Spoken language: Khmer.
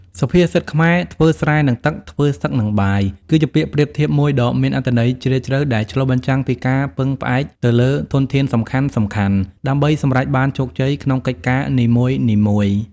សុភាសិតខ្មែរ ធ្វើស្រែនឹងទឹក ធ្វើសឹកនឹងបាយ គឺជាពាក្យប្រៀបធៀបមួយដ៏មានអត្ថន័យជ្រាលជ្រៅ ដែលឆ្លុះបញ្ចាំងពីការពឹងផ្អែកទៅលើធនធានសំខាន់ៗ ដើម្បីសម្រេចបានជោគជ័យក្នុងកិច្ចការនីមួយៗ។